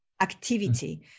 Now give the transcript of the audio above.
activity